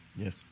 Yes